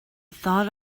thought